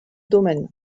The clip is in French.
domaine